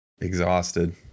exhausted